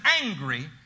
angry